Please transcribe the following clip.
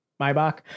Maybach